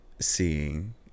seeing